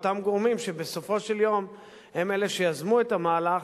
אותם גורמים שבסופו של יום הם אלה שיזמו את המהלך,